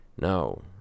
no